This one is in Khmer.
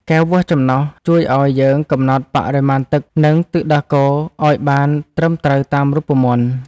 កែវវាស់ចំណុះ ជួយឱ្យយើងកំណត់បរិមាណទឹក និងទឹកដោះគោឱ្យបានត្រឹមត្រូវតាមរូបមន្ត។